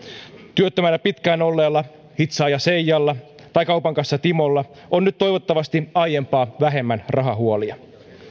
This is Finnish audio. työttömänä pitkään olleella hitsaaja seijalla tai kaupan kassa timolla on nyt toivottavasti aiempaa vähemmän rahahuolia